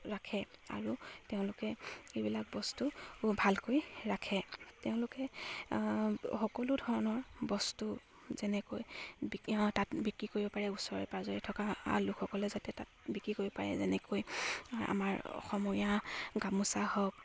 ৰাখে আৰু তেওঁলোকে এইবিলাক বস্তু ভালকৈ ৰাখে তেওঁলোকে সকলো ধৰণৰ বস্তু যেনেকৈ তাত বিক্ৰী কৰিব পাৰে ওচৰে পাজৰে থকা লোকসকলে যাতে তাত বিক্ৰী কৰিব পাৰে যেনেকৈ আমাৰ অসমীয়া গামোচা হওক